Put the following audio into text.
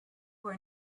were